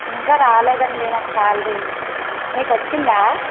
ఇంకా రాలేదండి నాకు శాలరీ మీకొచ్చిందా